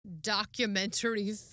documentary